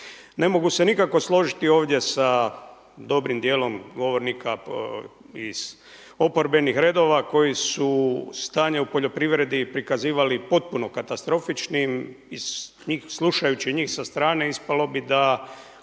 Ne mogu se nikako složiti ovdje sa dobrim dijelom govornika iz oporbenih redova koji su stanje u poljoprivredi prikazivali potpuno katastrofičnim, slušajući njih sa strane ispalo bi da